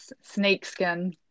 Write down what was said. snakeskin